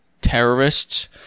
terrorists